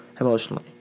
Emotionally